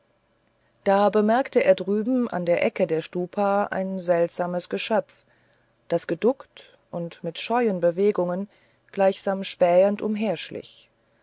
da bemerkte er drüben an der ecke der stupa ein seltsames geschöpf das geduckt und mit scheuen bewegungen gleichsam spähend